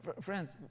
friends